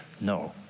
no